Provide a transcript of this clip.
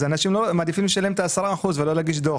אנשים מעדיפים לשלם את ה-10% ולא להגיש דו"ח.